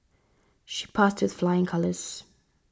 she passed with flying colours